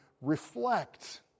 reflect